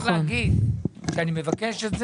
אני צריך להגיד שאני מבקש את זה,